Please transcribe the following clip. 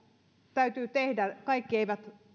täytyy tehdä eivät